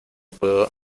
puedo